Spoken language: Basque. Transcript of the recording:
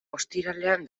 ostiralean